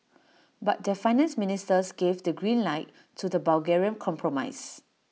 but their finance ministers gave the green light to the Bulgarian compromise